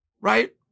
Right